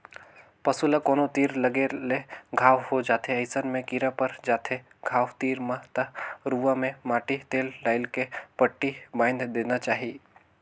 पसू ल कोनो तीर लगे ले घांव हो जाथे अइसन में कीरा पर जाथे घाव तीर म त रुआ में माटी तेल डायल के पट्टी बायन्ध देना चाही